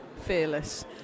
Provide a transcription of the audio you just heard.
Fearless